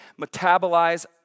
metabolize